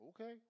Okay